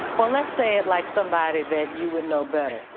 well let's say it like somebody that you would know better,